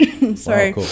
sorry